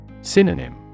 Synonym